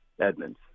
Edmonds